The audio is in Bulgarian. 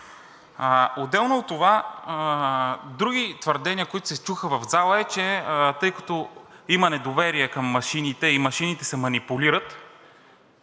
Отделно от това, други твърдения, които се чуха в зала, са, че тъй като има недоверие към машините и машините се манипулират,